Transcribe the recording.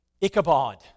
Ichabod